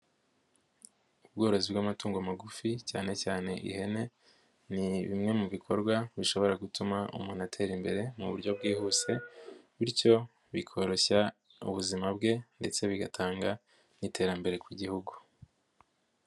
Ubworozi bw'amatungo magufi cyane cyane ihene, ni bimwe mu bikorwa bishobora gutuma umuntu atera imbere mu buryo bwihuse, bityo bikoroshya ubuzima bwe ndetse bigatanga n'iterambere ku gihugu.